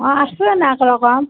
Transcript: অঁ আছোঁ এনাই এক ৰকম